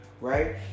right